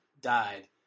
died